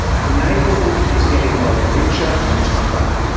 our neighbourhood is getting both richer and tougher.